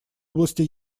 области